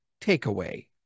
takeaway